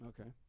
Okay